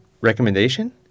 recommendation